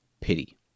pity